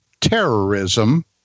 terrorism